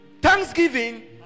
Thanksgiving